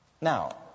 Now